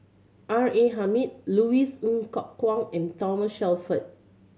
R A Hamid Louis Ng Kok Kwang and Thomas Shelford